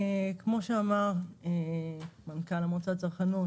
כפי שאמר מנכ"ל המועצה לצרכנות,